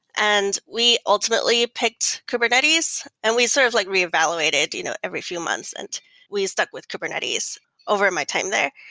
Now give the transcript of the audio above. and we ultimately picked kubernetes and we sort of like reevaluated you know every few months and we stuck with kubernetes over my time there.